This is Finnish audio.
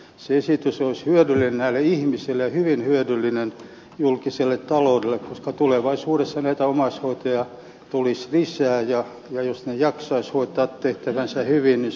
se esitys olisi hyödyllinen näille ihmisille ja hyvin hyödyllinen julkiselle taloudelle koska tulevaisuudessa näitä omaishoitajia tulee lisää ja jos he jaksaisivat hoitaa tehtävänsä hyvin niin se olisi kaikille eduksi